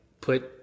put